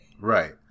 Right